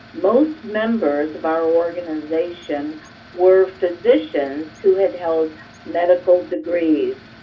most members of our organization were physicians who had held medical degrees.